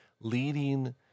leading